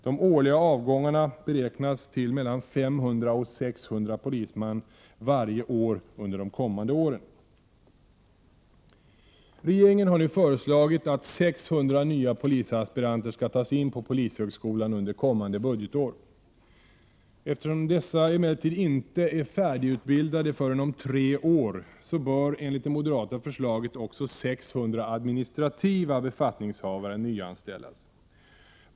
De årliga avgångarna beräknas till mellan 500 och 600 polismän varje år under de kommande åren. Regeringen har nu föreslagit att 600 nya polisaspiranter skall tas in till polishögskolan under kommande budgetår. Eftersom dessa emellertid inte är färdigutbildade förrän om tre år, bör enligt det moderata förslaget också 600 administrativa befattningshavare nyanställas.